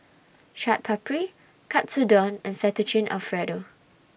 Chaat Papri Katsudon and Fettuccine Alfredo